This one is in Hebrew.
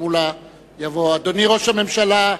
אדוני ראש הממשלה,